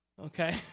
okay